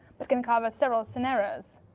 but can cover several scenarios.